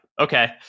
okay